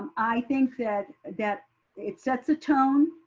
i think that that it sets a tone.